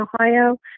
Ohio